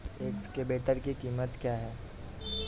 Excavator की कीमत क्या है?